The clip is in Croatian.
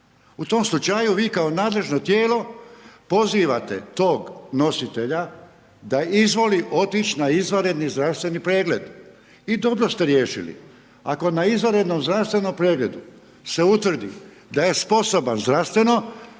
U tom slučaju vi kao nadležno tijelo pozivate tog nositelja da izvoli otići na izvanredni zdravstveni pregled i dobro ste riješili. Ako na izvanrednom zdravstvenom pregledu se utvrdi da je sposoban zdravstveno